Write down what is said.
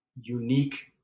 unique